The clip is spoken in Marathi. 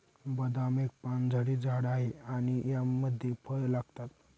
बदाम एक पानझडी झाड आहे आणि यामध्ये फळ लागतात